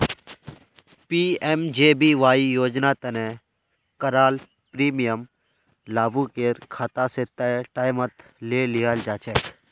PMJBY योजना तने तय कराल प्रीमियम लाभुकेर खाता स तय टाइमत ले लियाल जाछेक